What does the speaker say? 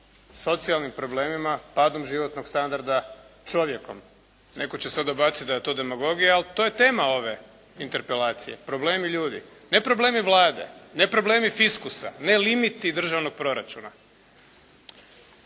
socijalnim problemima, padom životnog standarda, čovjek. Netko će sad dobaciti da je to demagogija, ali to je tema ove interpelacije. Problemi ljudi. Ne problemi Vlade, ne problemi fiskusa, ne limiti državnog proračuna.